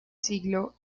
siglo